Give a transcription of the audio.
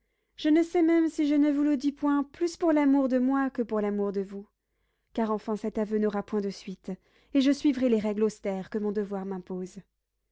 je ne sais même si je ne vous le dis point plus pour l'amour de moi que pour l'amour de vous car enfin cet aveu n'aura point de suite et je suivrai les règles austères que mon devoir m'impose